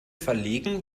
verlegen